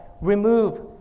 Remove